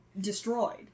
destroyed